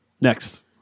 Next